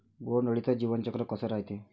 बोंड अळीचं जीवनचक्र कस रायते?